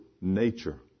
nature